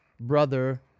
brother